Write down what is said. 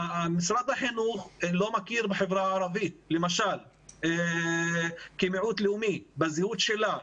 משרד החינוך לא מכיר בחברה הערבית כמיעוט לאומי בזהות שלה.